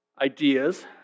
ideas